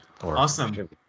Awesome